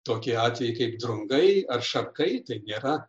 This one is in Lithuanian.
tokie atvejai kaip drungai ar šarkai tai nėra